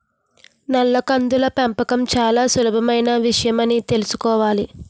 నల్ల కందుల పెంపకం చాలా సులభమైన విషయమని తెలుసుకోవాలి